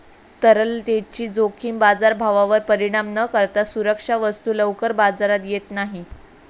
तरलतेची जोखीम बाजारभावावर परिणाम न करता सुरक्षा वस्तू लवकर बाजारात येत नाही